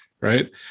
right